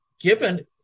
given